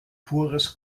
pures